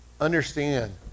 understand